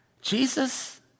jesus